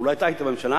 אולי אתה היית בממשלה,